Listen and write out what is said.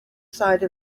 side